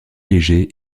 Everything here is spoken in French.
légers